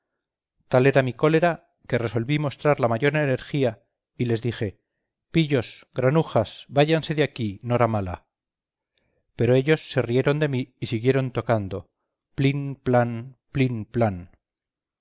era mi cólera que resolví mostrar la mayor energía y les dije pillos granujas váyanse de aquí noramala pero ellos se rieron de mí y siguieron tocando plin plan